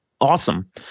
Awesome